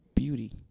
beauty